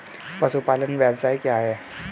पशुपालन व्यवसाय क्या है?